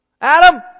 Adam